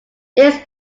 this